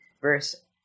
Verse